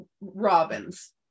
Robin's